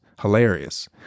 hilarious